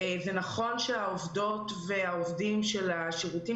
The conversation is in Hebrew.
זה נכון שהעובדות והעובדים של השירותים